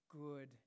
good